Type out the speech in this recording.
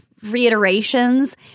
reiterations